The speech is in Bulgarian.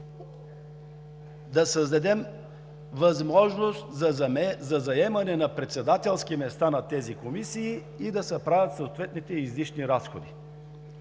да създадем възможност за заемане на председателски места на тези комисии и да се правят съответните излишни разходи.